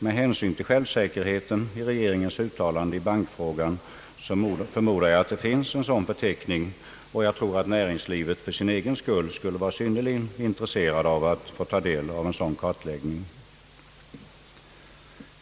Med hänsyn till självsäkerheten i regeringens uttalande i bankfrågan förmodar jag att det finns en sådan förteckning, och jag tror att näringslivet för sin egen skull skulle vara synnerligen intresserat av att få taga del av en sådan kartläggning.